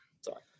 Sorry